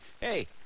hey